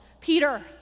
Peter